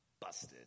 busted